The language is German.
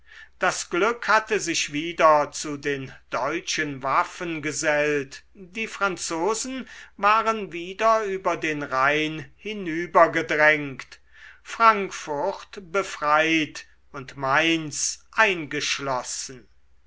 das glück hatte sich wieder zu den deutschen waffen gesellt die franzosen waren wieder über den rhein hinübergedrängt frankfurt befreit und mainz eingeschlossen